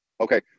Okay